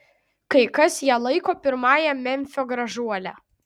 kai kas ją laiko pirmąja memfio gražuole